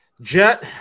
jet